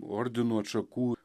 ordinų atšakų